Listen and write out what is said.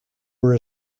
were